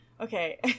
Okay